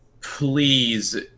please